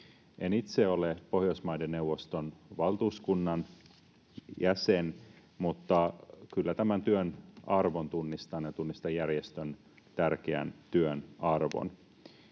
En itse ole Pohjoismaiden neuvoston valtuuskunnan jäsen, mutta kyllä tämän työn arvon tunnistan ja tunnistan järjestön tärkeän työn arvon.